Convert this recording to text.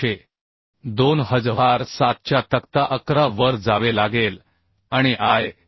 800 2007 च्या तक्ता 11 वर जावे लागेल आणि आय